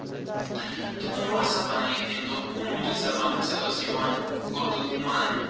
تہٕ یِمَو ہسا بَنایہِ تَمہِ دۄہ قونوٗنی زَبانہِ ہسا ٲسۍ یِوان اُردوٗ ماننہٕ